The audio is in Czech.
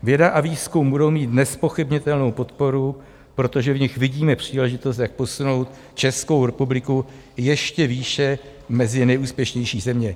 Věda a výzkum budou mít nezpochybnitelnou podporu, protože v nich vidíme příležitost, jak posunout Českou republiku ještě výše mezi nejúspěšnější země.